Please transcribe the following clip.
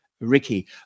ricky